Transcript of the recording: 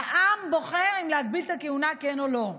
העם בוחר אם להגביל את הכהונה, כן או לא.